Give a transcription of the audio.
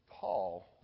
Paul